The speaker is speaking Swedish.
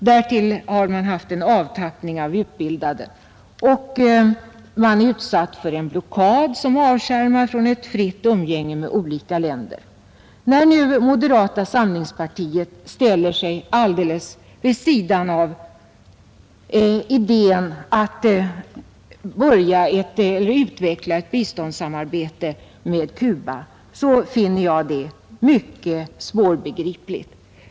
Därtill har man haft en avtappning av utbildade. Man är utsatt för en blockad som avskärmar från ett fritt umgänge med olika länder. När nu moderata samlingspartiet ställer sig alldeles vid sidan av idén att utveckla ett biståndssamarbete med Cuba, finner jag det mycket svårbegripligt.